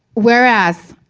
whereas,